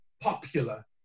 popular